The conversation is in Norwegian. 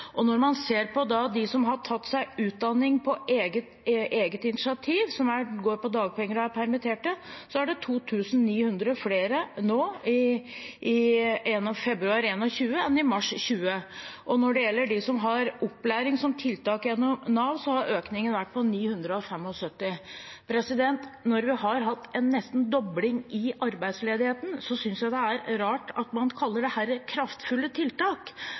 Og når man ser på dem som har tatt utdanning på eget initiativ, som går på dagpenger og er permitterte, så er det 2 900 flere i februar 2021 enn i mars 2020. Og når det gjelder dem som har opplæring som tiltak gjennom Nav, har økningen vært på 975. Når vi har hatt nesten en dobling i arbeidsledigheten, synes jeg det er rart at man kaller dette «kraftfulle tiltak». Er det dette vi kan forvente at regjeringen kommer til å bidra med når man prater om kraftfulle tiltak